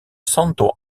santo